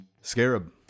Scarab